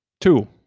Two